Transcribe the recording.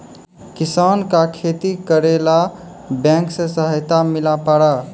किसान का खेती करेला बैंक से सहायता मिला पारा?